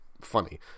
funny